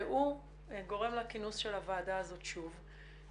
מה שגורם לכינוס של הוועדה הזאת שוב.